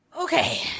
Okay